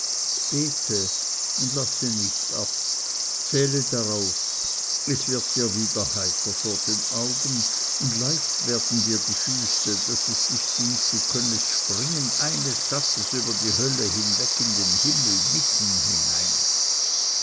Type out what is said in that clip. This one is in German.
bete und lasse nicht ab zähle darauf es wird dir wieder heiter vor den augen und leicht werden dir die füße daß es dich dünkt du könnest springen eines satzes über die hölle hinweg in den himmel mitten hinein